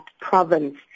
province